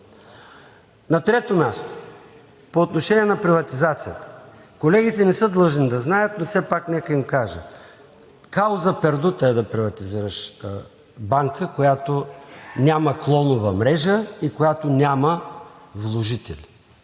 На трето място, по отношение на приватизацията. Колегите не са длъжни да знаят, но все пак нека им кажем: causa perduta е да приватизираш банка, която няма клонова мрежа и която няма вложители,